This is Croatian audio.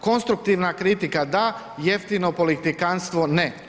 Konstruktivna kritika da, jeftino politikanstvo ne.